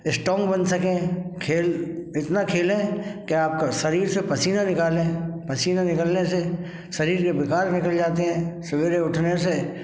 strong बन सकें खेल इतना खेलें की आपका शरीर से पसीना निकालें पसीना निकलने से शरीर के विकार निकल जाते हैं सबेरे उठने से